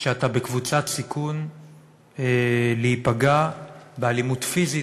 שאתה בקבוצת סיכון להיפגע באלימות פיזית,